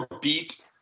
beat